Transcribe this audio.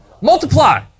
Multiply